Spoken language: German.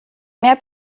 mehr